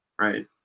right